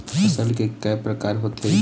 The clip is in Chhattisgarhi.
फसल के कय प्रकार होथे?